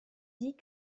dit